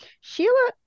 Sheila